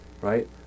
right